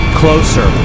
closer